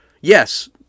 Yes